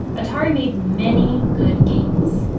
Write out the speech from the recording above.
atari made many good games,